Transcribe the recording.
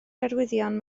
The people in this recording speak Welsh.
arwyddion